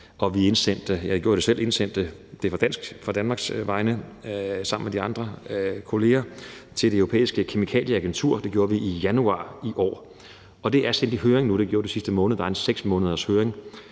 jeg gjorde det selv på Danmarks vegne sammen med de andre kolleger – til Det Europæiske Kemikalieagentur. Det gjorde vi i januar i år. Det er sendt i høring nu, og det har det været den sidste måned. Der er en 6-måneders